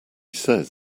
says